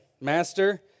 Master